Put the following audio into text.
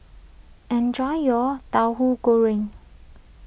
enjoy your Tauhu Goreng